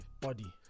body